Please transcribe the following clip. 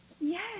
Yes